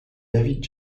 david